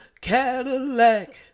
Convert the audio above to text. Cadillac